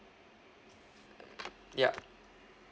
yup